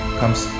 comes